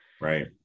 right